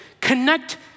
connect